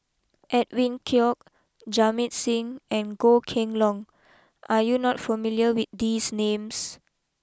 Edwin Koek Jamit Singh and Goh Kheng long are you not familiar with these names